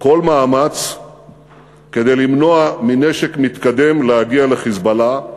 כל מאמץ כדי למנוע שנשק מתקדם יגיע ל"חיזבאללה",